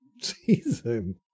season